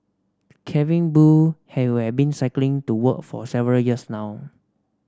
Calvin Boo who has been cycling to work for several years now